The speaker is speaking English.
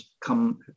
come